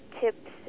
tips